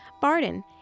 Barden